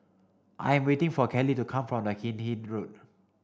I am waiting for Kelly to come from the Hindhede Road